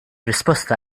risposta